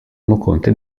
conte